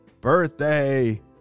birthday